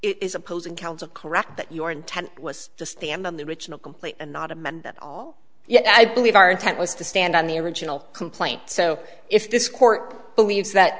is opposing counsel correct that your intent was to stand on the original complaint and not amend that all yet i believe our intent was to stand on the original complaint so if this court believes that